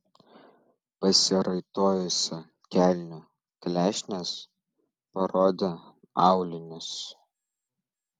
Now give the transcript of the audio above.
pasiraitojusi kelnių klešnes parodė aulinius